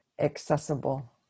accessible